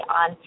on